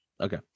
Okay